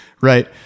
right